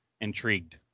intrigued